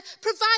provide